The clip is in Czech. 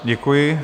Děkuji.